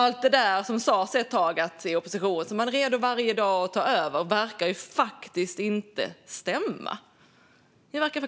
Allt det där som sas ett tag om att oppositionen varje dag är redo att ta över verkar ju faktiskt inte stämma.